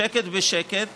בשקט-בשקט